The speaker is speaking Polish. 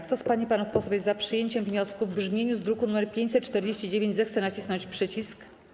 Kto z pań i panów posłów jest za przyjęciem wniosku w brzmieniu z druku nr 549, zechce nacisnąć przycisk.